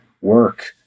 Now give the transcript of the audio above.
work